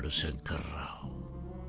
ah shankar rao.